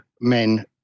men